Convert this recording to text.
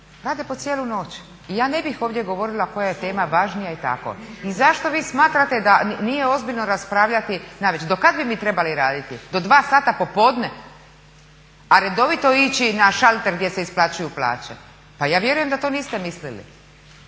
rade po cijelu noć i ja ne bih ovdje govorila koja je tema važnija i tako. I zašto vi smatrate da nije ozbiljno raspravljati navečer? Do kad bi mi trebali raditi do 2 sata popodne, a redovito ići na šalter gdje se isplaćuju plaće? Pa ja vjerujem da to niste mislili